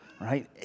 right